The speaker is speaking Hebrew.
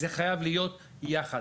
וזה חייב להיות יחד.